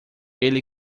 ele